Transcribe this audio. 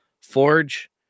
forge